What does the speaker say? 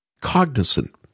cognizant